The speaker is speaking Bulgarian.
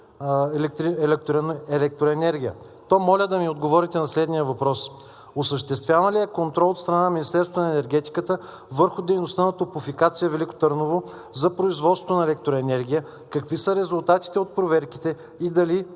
електроенергия, то моля да ни отговорите на следния въпрос: осъществяван ли е контрол от страна Министерството на енергетиката върху дейността на „Топлофикация – Велико Търново“ за производство на електроенергия? Какви са резултатите от проверките и дали